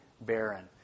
barren